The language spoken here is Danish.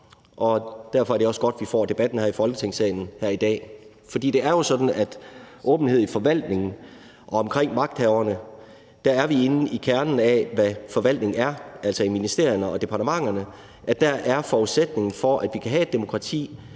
Derfor er det også godt, at vi får debatten i Folketingssalen her i dag. For det er jo sådan, at i forhold til åbenhed i forvaltningen og omkring magthaverne er vi inde i kernen af, hvad forvaltning er, altså i ministerierne og departementerne, og der er forudsætningen for, at vi kan have et demokrati,